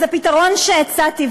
אז הפתרון שהצעתי,